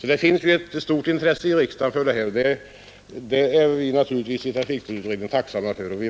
Det finns alltså ett stort intresse i riksdagen för dessa saker, och detta är vi i trafikbullerutredningen naturligtvis tacksamma för.